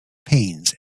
panes